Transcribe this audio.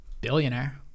Billionaire